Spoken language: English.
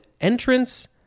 entrance